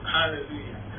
Hallelujah